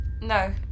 No